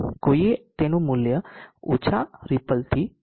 કોઈએ તેનું મૂલ્ય ઓછ રીપલથી અથવા વધારે રીપલથી ગોઠવે છે